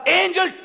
angel